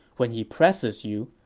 when he presses you,